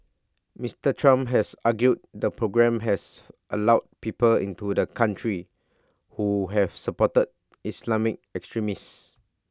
Mister Trump has argued the programme has allowed people into the country who have supported Islamic extremists